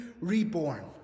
reborn